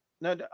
No